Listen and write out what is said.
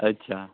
अच्छा